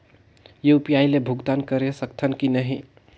UPI ले भुगतान करे सकथन कि नहीं?